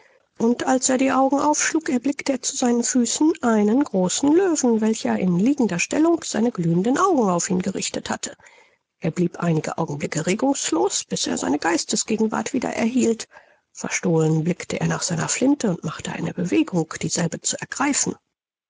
und als er die augen aufschlug erblickte er zu seinen füßen einen großen löwen welcher in liegender stellung seine glühenden augen auf ihn gerichtet hatte er blieb einige augenblicke regungslos bis er seine geistesgegenwart wieder erhielt verstohlen blickte er nach seiner flinte und machte eine bewegung dieselbe zu ergreifen